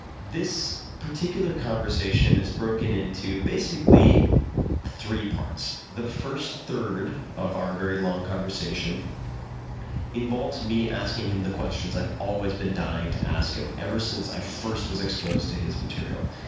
this particular conversation is broken into basically three parts. the first third of our very long conversation involves me asking him the questions i've always been dying to ask him ever since i first was exposed to his material.